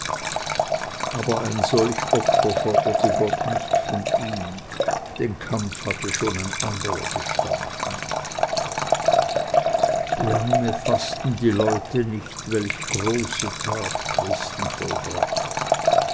aber ein solch opfer forderte gott nicht von ihm den kampf hatte schon ein anderer bestanden lange faßten die leute nicht welch große tat christen vollbracht